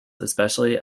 especially